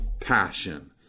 passion